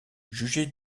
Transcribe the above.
jugez